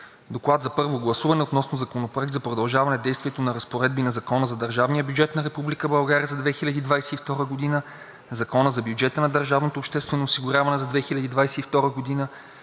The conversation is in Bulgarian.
„ДОКЛАД за първо гласуване относно Законопроект за продължаване действието на разпоредби на Закона за държавния бюджет на Република България за 2022 г., Закона за бюджета на държавното обществено осигуряване за 2022 г. и